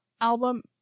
album